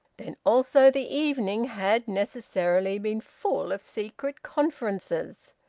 then also the evening had necessarily been full of secret conferences.